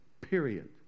Period